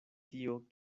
tio